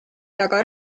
taga